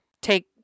take